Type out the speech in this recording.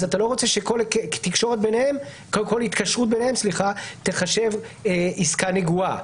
אתה לא רוצה שכל התקשרות ביניהם תיחשב עסקה נגועה.